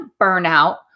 burnout